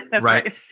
Right